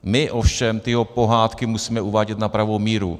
My ovšem ty jeho pohádky musíme uvádět na pravou míru.